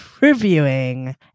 reviewing